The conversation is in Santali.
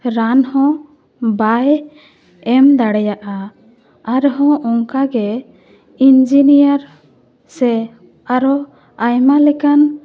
ᱨᱟᱱ ᱦᱚᱸ ᱵᱟᱭ ᱮᱢ ᱫᱟᱲᱮᱭᱟᱜᱼᱟ ᱟᱨᱦᱚ ᱚᱱᱠᱟᱜᱮ ᱤᱧᱡᱤᱱᱤᱭᱟᱨ ᱥᱮ ᱟᱨᱚ ᱟᱭᱢᱟ ᱞᱮᱠᱟᱱ